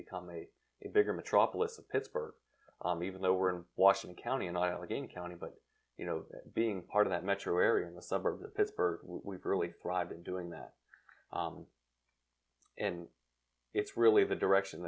become a bigger metropolis of pittsburgh even though we're in washington county and iowa in county but you know being part of that metro area in the suburbs of pittsburgh we really thrive in doing that and it's really the direction